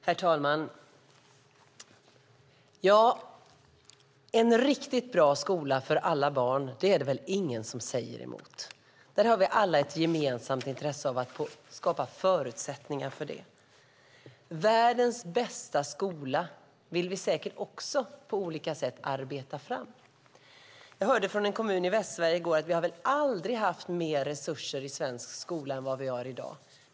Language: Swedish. Herr talman! En riktigt bra skola för alla barn är det väl ingen som talar emot. Vi har alla ett gemensamt intresse av att skapa förutsättningar för det. Världens bästa skola vill vi säkert också arbeta fram på olika sätt. Jag hörde från en kommun i Västsverige i går att vi aldrig har haft mer resurser i svensk skola än vad vi har i dag.